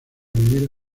vivir